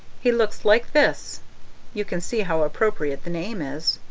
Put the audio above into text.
he looks like this you can see how appropriate the name is.